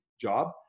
job